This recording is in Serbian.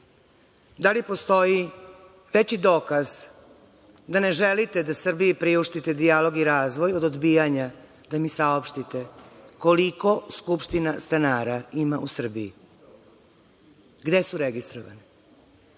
Da li postoji veći dokaz da ne želite da Srbiji priuštite dijalog i razvoj od odbijanja da mi saopštite – koliko skupština stanara ima u Srbiji? Gde su registrovani? Na